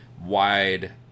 wide